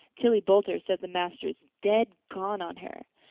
tillie boulter says the master is dead gone on her.